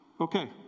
Okay